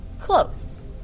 Close